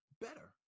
better